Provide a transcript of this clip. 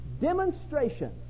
demonstration